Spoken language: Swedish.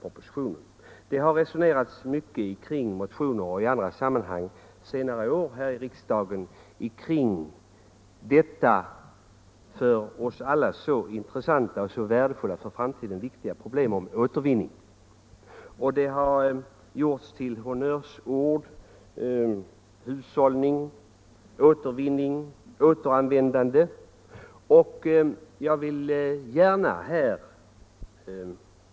Det har på senare år resonerats mycket, i motioner och i andra sammanhang här i riksdagen, om det för oss alla så intressanta och för framtiden viktiga spörsmålet om återvinning, och begreppen hushållning, återvinning och återanvändande har gjorts till honnörsord.